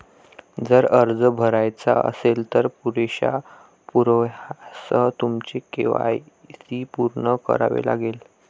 जर अर्ज भरायचा असेल, तर पुरेशा पुराव्यासह तुमचे के.वाय.सी पूर्ण करावे लागेल